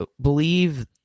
believe